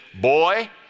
boy